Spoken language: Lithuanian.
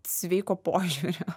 sveiko požiūrio